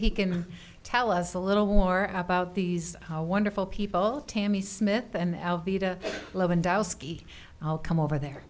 he can tell us a little more about these wonderful people tammy smith and alveda i'll come over there